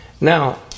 Now